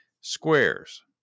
squares